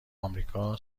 آمریکا